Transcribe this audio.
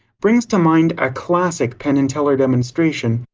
brings to mind a classic penn and teller demonstration,